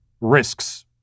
risks